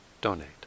donate